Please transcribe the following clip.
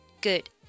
Good